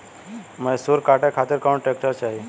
मैसूर काटे खातिर कौन ट्रैक्टर चाहीं?